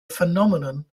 phenomenon